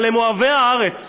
אבל הם אוהבי הארץ: